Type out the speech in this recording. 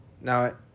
Now